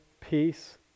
peace